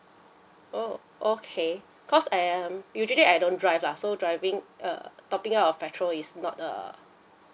oh okay because I am usually I don't drive lah so driving uh topping up of petrol is not the